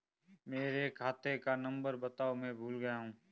मेरे खाते का नंबर बताओ मैं भूल गया हूं